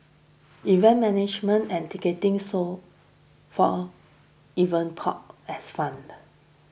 event management and ticketing so far Event Pop as found